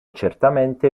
certamente